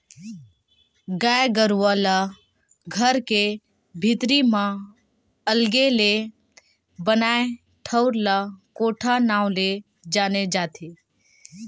गाय गरुवा ला घर के भीतरी म अलगे ले बनाए ठउर ला कोठा नांव ले जाने जाथे